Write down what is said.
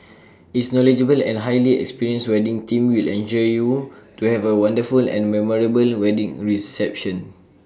its knowledgeable and highly experienced wedding team will ensure you to have A wonderful and memorable wedding reception